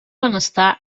benestar